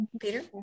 Peter